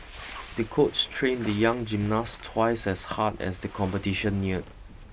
the coach trained the young gymnast twice as hard as the competition neared